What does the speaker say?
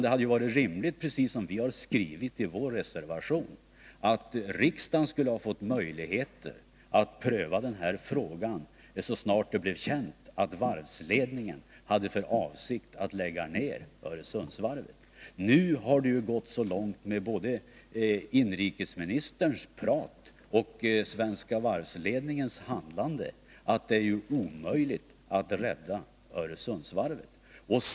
Det hade varit rimligt, precis som vi har skrivit i vår reservation, att riksdagen hade fått möjlighet att pröva den här frågan så snart det blev känt att varvsledningen hade för avsikt att lägga ner Öresundsvarvet. Nu har det gått så långt med både industriministerns prat och Svenska Varvs-ledningens handlande att det är omöjligt att rädda Öresundsvarvet.